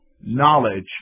knowledge